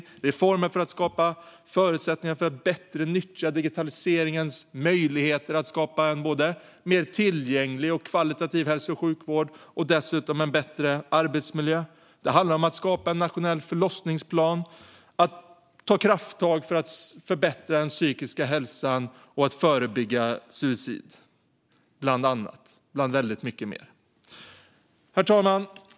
Det innehåller även reformer för att skapa förutsättningar för ett bättre nyttjande av digitaliseringens möjligheter att få till en både mer tillgänglig och högkvalitativ hälso och sjukvård - och dessutom en bättre arbetsmiljö. Det handlar om att skapa en nationell förlossningsplan, ta krafttag för att förbättra den psykiska hälsan och förebygga suicid, bland väldigt mycket mer. Herr talman!